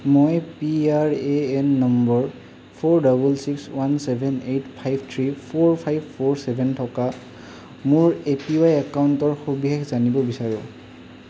মই P R A N number four double six one seven eight five three four five four seven থকা মোৰ A P Y একাউণ্টৰ সবিশেষ জানিব বিচাৰোঁ